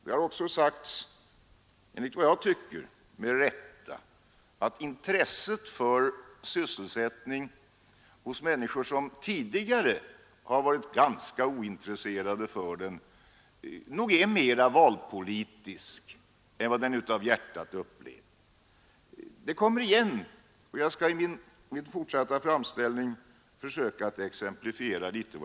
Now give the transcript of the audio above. Det har också sagts — enligt vad jag tycker även med rätta — att intresset för sysselsättningsproblemen hos människor som tidigare varit ganska ointresserade för dem nog är mera valpolitiskt betingat än vad det av hjärtat upplevs.